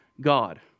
God